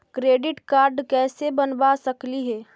Credit card कैसे बनबा सकली हे?